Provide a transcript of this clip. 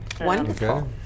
Wonderful